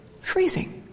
Freezing